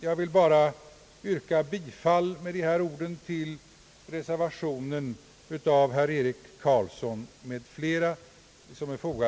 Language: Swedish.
Jag vill med dessa ord yrka bifall till reservationen av herr Eric Carlsson m.fl.